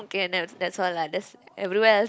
okay that's that's all lah that's everywhere's